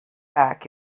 back